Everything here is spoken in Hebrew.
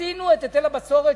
עשינו את היטל הבצורת,